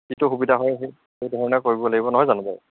যিটো সুবিধা হয় সেই ধৰণে কৰিব লাগিব নহয় জানো বাৰু